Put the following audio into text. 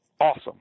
Awesome